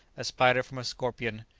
a spider from a scorpion,